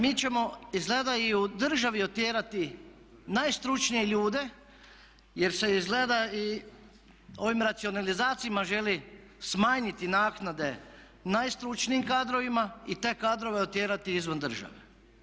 Mi ćemo izgleda i u državi otjerati najstručnije ljude jer se izgleda i ovim racionalizacijama želi smanjiti naknade najstručnijim kadrovima i te kadrove otjerati izvan države.